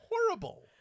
horrible